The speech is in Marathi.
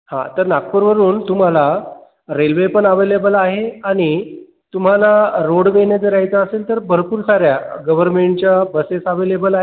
हा तर नागपूरवरून तुम्हाला रेल्वे पण ॲवेलेबल आहे आणि तुम्हाला रोडवेने जर यायचं असेल तर भरपूर साऱ्या गव्हर्नमेंटच्या बसेस ॲवेलेबल आहेत